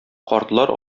картлар